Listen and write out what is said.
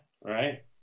right